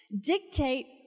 dictate